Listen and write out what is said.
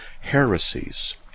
heresies